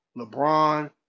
LeBron